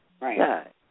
Right